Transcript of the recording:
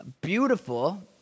beautiful